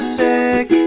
sick